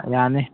ꯌꯥꯅꯤ